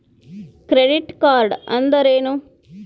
Credit card ಅಂದ್ರೇನು?